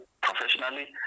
Professionally